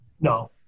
No